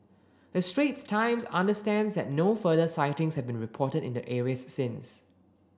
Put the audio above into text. the Straits Times understands that no further sightings have been reported in the areas since